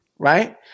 right